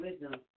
Wisdom